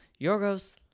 Yorgos